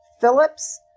Phillips